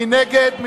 מי נגד?